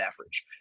average